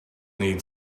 need